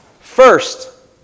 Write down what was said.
First